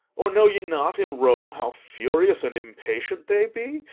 or know ye not in rome how furious and impatient they be,